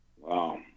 Wow